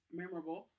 memorable